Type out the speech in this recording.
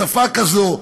בשפה כזו,